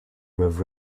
with